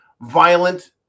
violent